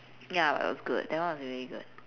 ya it was good that one was really good